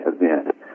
event